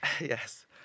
Yes